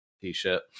t-shirt